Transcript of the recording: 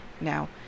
Now